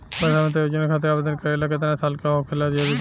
प्रधानमंत्री योजना खातिर आवेदन करे ला केतना साल क होखल जरूरी बा?